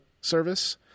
service